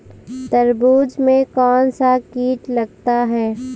तरबूज में कौनसा कीट लगता है?